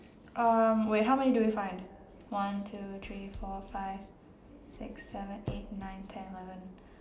um wait how many do we find one two three four five six seven eight nine ten eleven